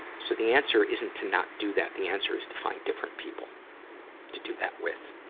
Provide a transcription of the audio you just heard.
so the answer isn't to not do that. the answer is to find different people to do that with.